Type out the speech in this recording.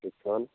six seven